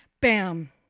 bam